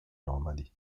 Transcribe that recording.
nomadi